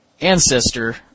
ancestor